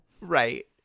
Right